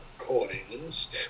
Coins